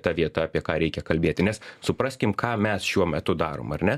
ta vieta apie ką reikia kalbėti nes supraskim ką mes šiuo metu darom ar ne